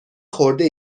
خورده